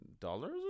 dollars